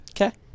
Okay